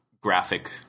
graphic